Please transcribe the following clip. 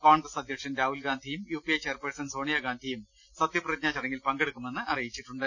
കോൺഗ്രസ് അധ്യക്ഷൻ രാഹുൽ ഗാന്ധിയും UPA chairperson Sonia ഗാന്ധിയും സത്യപ്രതിജ്ഞാ ചടങ്ങിൽ പങ്കെടു ക്കുമെന്ന് അറിയിച്ചിട്ടുണ്ട്